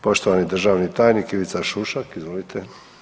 Poštovani državni tajnik Ivica Šušak, izvolite.